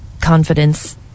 confidence